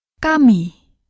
Kami